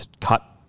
cut